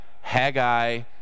Haggai